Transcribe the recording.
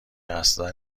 اصلا